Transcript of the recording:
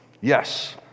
Yes